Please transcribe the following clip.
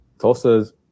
Tulsa's